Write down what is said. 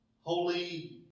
holy